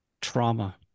trauma